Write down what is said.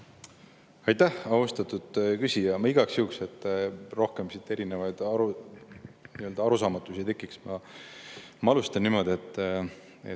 Aitäh, austatud küsija! Ma [selgitan] igaks juhuks, et rohkem siit erinevaid nii-öelda arusaamatusi ei tekiks. Ma alustan niimoodi, et